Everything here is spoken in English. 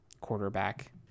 quarterback